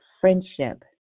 Friendship